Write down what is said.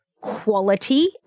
quality